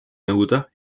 nõuda